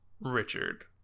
Richard